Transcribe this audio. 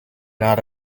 not